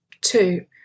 Two